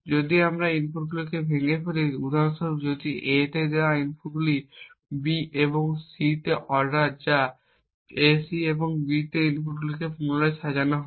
যদি আমরা এই ইনপুটগুলি ভেঙে ফেলি উদাহরণস্বরূপ যদি A তে দেওয়া ইনপুটগুলি B এবং C অর্ডার যা AC এবং B তে এইভাবে ইনপুটগুলিকে পুনরায় সাজানো হয়